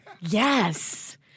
Yes